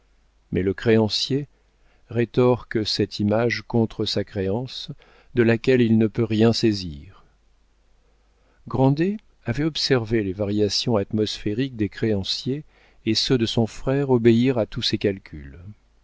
mais le créancier rétorque cette image contre sa créance de laquelle il ne peut rien saisir grandet avait observé les variations atmosphériques des créanciers et ceux de son frère obéirent à tous ses calculs